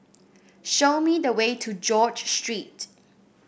show me the way to George Street